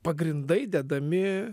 pagrindai dedami